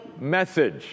message